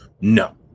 No